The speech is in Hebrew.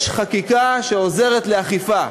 יש חקיקה שעוזרת לאכיפה.